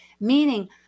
meaning